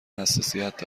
حساسیت